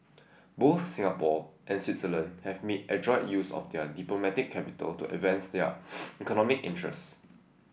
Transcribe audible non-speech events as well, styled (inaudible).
both Singapore and Switzerland have made adroit use of their diplomatic capital to advance their (noise) economic interests